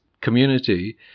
community